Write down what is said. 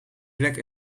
vlek